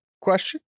question